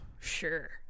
Sure